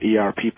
ERP